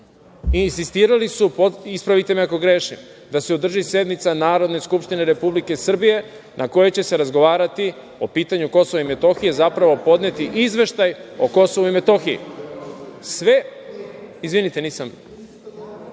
insistirali su, ispravite me ako grešim, da se održi sednica Narodne skupštine Republike Srbije na kojoj će se razgovarati o pitanju Kosova i Metohije, zapravo podneti Izveštaj o Kosovu i Metohiji? Sve što su